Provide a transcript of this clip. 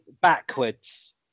backwards